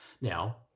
Now